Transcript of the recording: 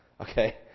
okay